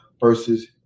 versus